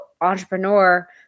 entrepreneur